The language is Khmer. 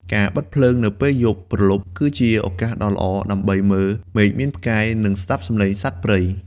ការបិទភ្លើងនៅពេលយប់ព្រលប់ គឺជាឱកាសដ៏ល្អដើម្បីមើល មេឃមានផ្កាយ និងស្តាប់សម្លេងសត្វព្រៃ។